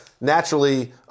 naturally